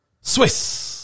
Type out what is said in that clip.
Swiss